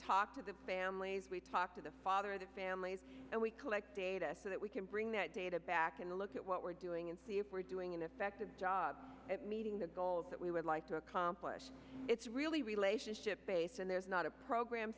talk to the families we talk to the father the families and we collect data so that we can bring that data back and look at what we're doing and see if we're doing an effective job at meeting the goals that we would like to accomplish it's really relationship based and there's not a program